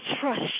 trust